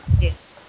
Yes